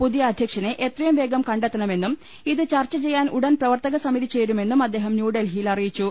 പുതിയ അധ്യക്ഷനെ എത്രയും വേഗം കണ്ടെത്തണമെന്നും ഇത് ചർച്ച ചെയ്യാൻ ഉടൻ പ്രവർത്തക സമിതി ചേരുമെന്നും അദ്ദേഹം ന്യൂഡൽഹിയിൽ അറിയി ച്ചു